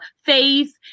Faith